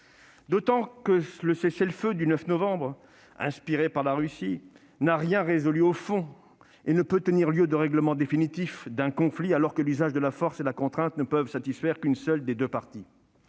en danger. Le cessez-le-feu du 9 novembre, inspiré par la Russie, n'a au fond rien résolu ; il ne saurait tenir lieu de règlement définitif du conflit alors que l'usage de la force et de la contrainte ne peut satisfaire qu'une seule des deux parties.